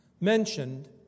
mentioned